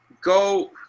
go